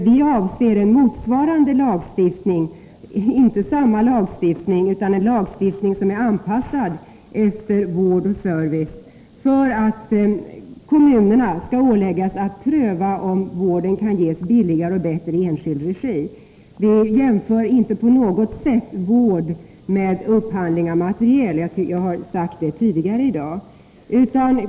Vi avser en motsvarande lagstiftning — inte samma lagstiftning, utan en lagstiftning som är anpassad efter vård och service, så att kommunerna åläggs att pröva om vården kan ges billigare och bättre i enskild regi. Vi jämför inte på något sätt vård med upphandling av materiel — jag har sagt det tidigare i dag.